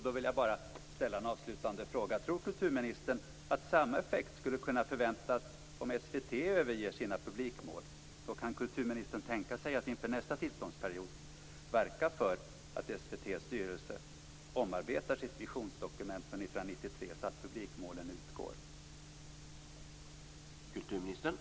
Då vill jag bara avslutningsvis fråga: Tror kulturministern att samma effekt skulle kunna förväntas om SVT överger sina publikmål? Kan kulturministern tänka sig att inför nästa tillståndsperiod verka för att 1993, så att publikmålen utgår?